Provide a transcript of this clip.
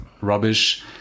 rubbish